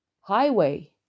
highway